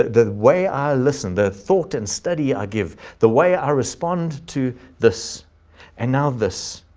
the way i listen, the thought and study i give the way i respond to this and now this,